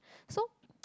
so